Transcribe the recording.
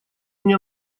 мне